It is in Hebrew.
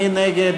מי נגד?